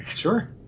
Sure